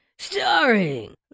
Starring